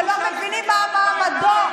שרת הקשקוש.